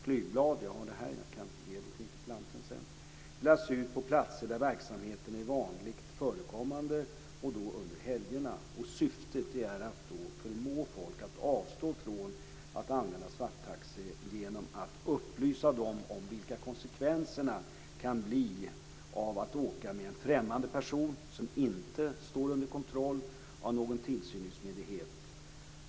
Flygblad delas ut på platser där verksamheten är vanligt förekommande under helgerna. Jag har ett sådant flygblad här i min hand och kan senare ge det till interpellanten. Avsikten är att förmå folk att avstå från att använda svarttaxi genom att upplysa dem om vilka konsekvenserna kan bli av att åka med en främmande person som inte står under kontroll av någon tillsynsmyndighet.